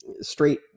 straight